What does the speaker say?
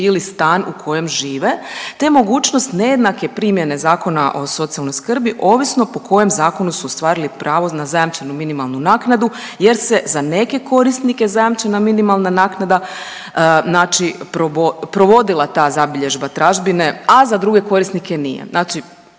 ili stan u kojem žive, te mogućnost nejednake primjene Zakona o socijalnoj skrbi ovisno po kojem zakonu su ostvarili pravo na zajamčenu minimalnu naknadu jer se za neke korisnike zajamčena minimalna naknada znači provodila ta zabilježba tražbine, a za druge korisnike nije, znači